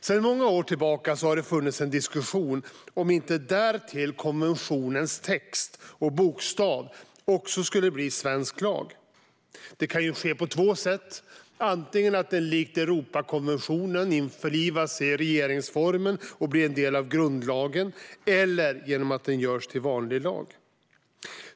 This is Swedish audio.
Sedan många år tillbaka förs en diskussion om huruvida konventionens text och bokstav också ska bli svensk lag. Det kan ske på två sätt: antingen genom att den likt Europakonventionen införlivas i regeringsformen och blir en del av grundlagen eller genom att den görs till vanlig lag.